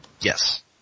Yes